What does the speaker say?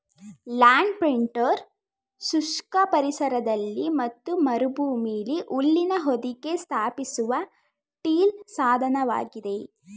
land printer ಶುಷ್ಕ ಪರಿಸರದಲ್ಲಿ ಮತ್ತು ಮರುಭೂಮಿಲಿ ಹುಲ್ಲಿನ ಹೊದಿಕೆ ಸ್ಥಾಪಿಸುವ ಟಿಲ್ ಸಾಧನವಾಗಿದೆ